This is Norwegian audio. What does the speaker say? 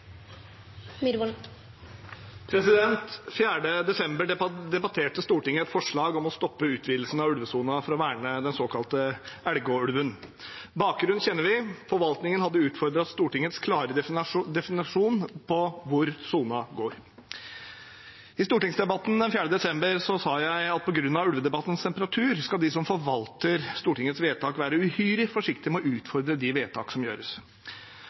desember debatterte Stortinget et forslag om å stoppe utvidelsen av ulvesonen for å verne den såkalte Elgå-ulven. Bakgrunnen kjenner vi: Forvaltningen hadde utfordret Stortingets klare definisjon på hvor sonen går. I stortingsdebatten 4. desember sa jeg at på grunn av ulvedebattens temperatur, skal de som forvalter Stortingets vedtak være uhyre forsiktige med å utfordre de vedtak som gjøres.